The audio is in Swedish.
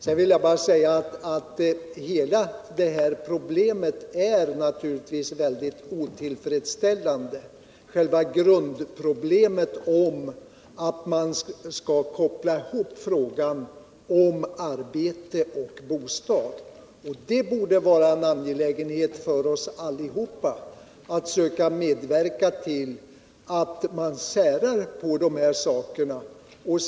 Sedan vill jag säga att hela problemet naturligtvis är mycket otillfredsställande. Grundproblemet är att man kopplar ihop arbete och bostad. Det borde vara en angelägenhet för oss alla att söka medverka till att man särar på dessa saker.